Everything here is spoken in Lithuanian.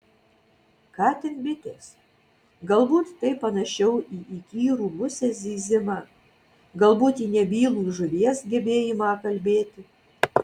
ką ten bitės galbūt tai panašiau į įkyrų musės zyzimą galbūt į nebylų žuvies gebėjimą kalbėti